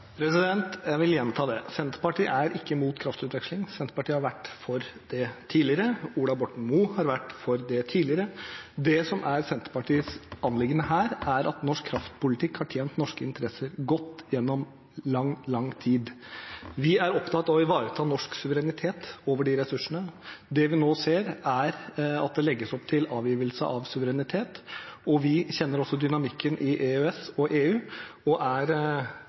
Jeg vil gjenta dette: Senterpartiet er ikke imot kraftutveksling. Senterpartiet har vært for det tidligere. Ola Borten Moe har vært for det tidligere. Det som er Senterpartiets anliggende her, er at norsk kraftpolitikk har tjent norske interesser godt gjennom lang, lang tid, Vi er opptatt av å ivareta norsk suverenitet over de ressursene. Det vi nå ser, er at det legges opp til avgivelse av suverenitet. Vi kjenner også dynamikken i EØS og EU, og vi er